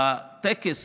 בטקס